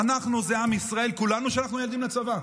"אנחנו" זה עם ישראל, כולנו שלחנו ילדים לצבא.